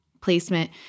placement